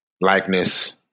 likeness